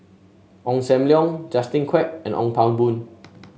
Ong Sam Leong Justin Quek and Ong Pang Boon